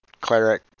cleric